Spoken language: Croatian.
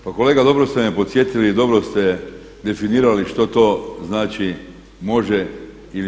Pa kolega, dobro ste me podsjetili i dobro ste definirali što to znači može ili mora.